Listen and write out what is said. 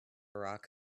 rock